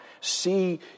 See